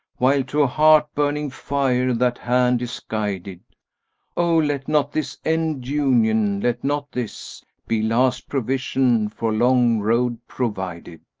while to heart-burning fire that hand is guided o let not this end union! let not this be last provision for long road provided!